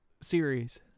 series